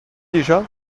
déjà